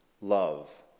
love